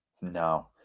No